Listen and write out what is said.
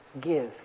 give